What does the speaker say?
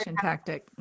tactic